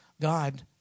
God